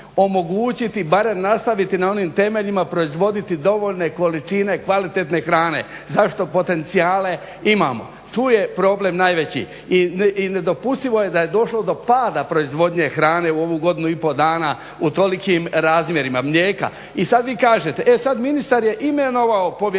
omogućiti barem nastaviti na onim temeljima, proizvoditi dovoljne količine kvalitetne hrane. Zašto potencijale imamo. Tu je problem najveći. I nedopustivo je da je došlo do pada proizvodnje hrane u ovih godinu i pol dana u tolikim razmjerima, mlijeka. I sada vi kažete, e sada ministar je imenovao povjerenstvo